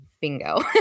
Bingo